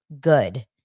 good